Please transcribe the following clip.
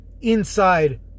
inside